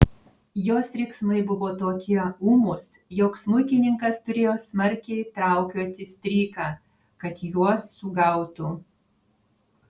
jos riksmai buvo tokie ūmūs jog smuikininkas turėjo smarkiai traukioti stryką kad juos sugautų